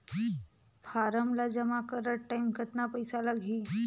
Form ला जमा करत टाइम कतना पइसा लगही?